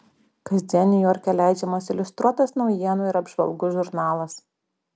kasdien niujorke leidžiamas iliustruotas naujienų ir apžvalgų žurnalas